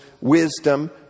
wisdom